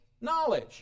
knowledge